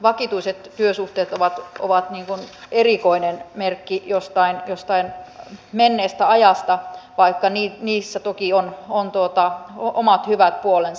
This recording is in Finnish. vakituiset työsuhteet ovat erikoinen merkki jostain menneestä ajasta vaikka niissä toki on omat hyvät puolensa